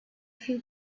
few